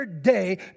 day